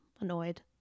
annoyed